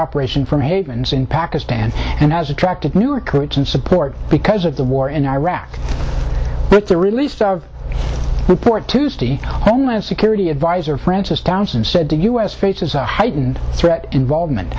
operation from havens in pakistan and has attracted new recruits and support because of the war in iraq the released report tuesday homeland security adviser frances townsend said the u s faces a heightened threat involvement